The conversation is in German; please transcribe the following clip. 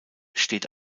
steht